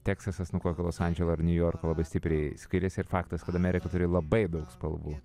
teksasas nuo kokio los andželo niujorko labai stipriai skiriasi ir faktas kad amerika turi labai daug spalvų